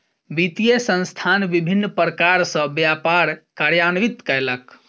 वित्तीय संस्थान विभिन्न प्रकार सॅ व्यापार कार्यान्वित कयलक